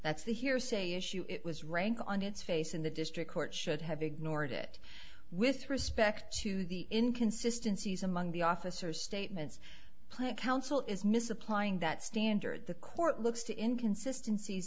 that's the hearsay issue it was rank on its face in the district court should have ignored it with respect to the inconsistency is among the officers statements plain counsel is misapplying that standard the court looks to inconsisten